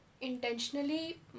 intentionally